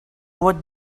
what